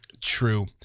True